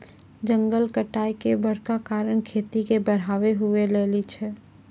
जंगल कटाय के बड़का कारण खेती के बढ़ाबै हुवै लेली छै